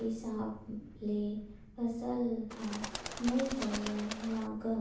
हिसाब ले फसल ह नइ होवय न गा